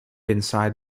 inside